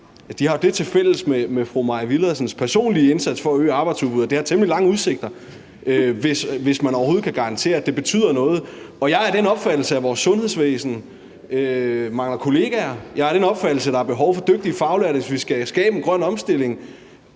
har jo det tilfælles med fru Maj Villadsens personlige indsats for at øge arbejdsudbuddet, at det har temmelig lange udsigter, hvis man overhovedet kan garantere, at det betyder noget. Og jeg er af den opfattelse, at vores sundhedsvæsen mangler kollegaer. Jeg er af den opfattelse, at der er behov for dygtige faglærte, hvis vi skal skabe en grøn omstilling.